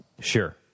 Sure